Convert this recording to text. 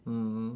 mm